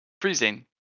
freezing